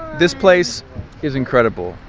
this place is incredible.